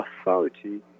authority